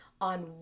on